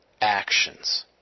actions